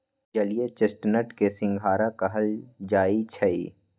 जलीय चेस्टनट के सिंघारा कहल जाई छई